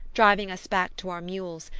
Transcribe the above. driving us back to our mules,